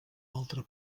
altra